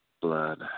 blood